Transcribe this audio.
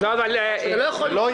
אבל זה לא יעד שהממשלה